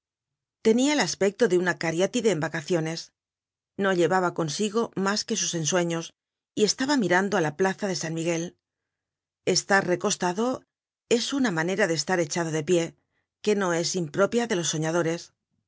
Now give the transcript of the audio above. tenia el aspecto de una cariátide en vacaciones no llevaba consigo mas que sus ensueños y estaba mirando á la plaza de san miguel estar recostado es una manera de estar echado de pie que no es impropia de los soñadores